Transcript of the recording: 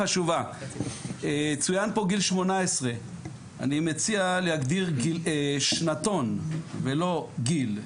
צוין פה גיל 18. אני מציע להגדיר שנתון ולא גיל,